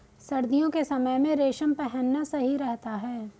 सर्दियों के समय में रेशम पहनना सही रहता है